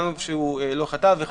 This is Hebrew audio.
הגם שלא חטא ---".